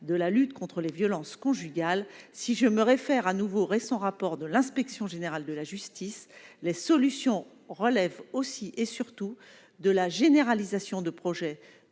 de la lutte contre les violences conjugales, si je me réfère à nouveau récent rapport de l'Inspection générale de la justice, les solutions relèvent aussi et surtout de la généralisation de projets